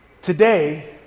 today